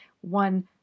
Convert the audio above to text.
one